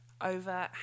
over